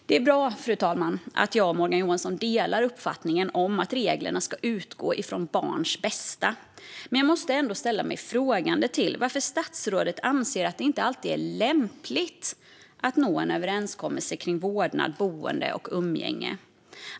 Det är bra, fru talman, att Morgan Johansson och jag delar uppfattningen att reglerna ska utgå från barns bästa. Men jag måste ändå fråga mig varför statsrådet anser att det inte alltid är lämpligt att nå en överenskommelse kring vårdnad, boende och umgänge.